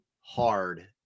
hard